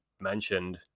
mentioned